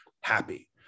happy